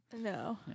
no